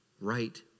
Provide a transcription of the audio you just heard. right